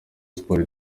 sports